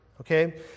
okay